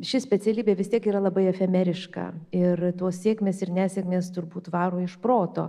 ši specialybė vis tiek yra labai efemeriška ir tos sėkmės ir nesėkmės turbūt varo iš proto